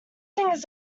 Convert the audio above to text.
things